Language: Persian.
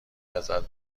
ازت